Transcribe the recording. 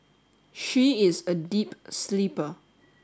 she is a deep sleeper